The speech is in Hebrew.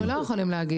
לא,